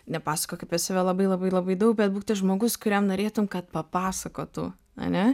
nepasakok apie save labai labai labai daug bet būk tas žmogus kuriam norėtum kad papasakotų ane